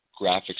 graphics